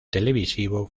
televisivo